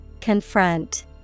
Confront